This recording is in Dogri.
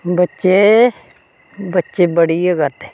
बच्चे बच्चे बड़ी गै करदे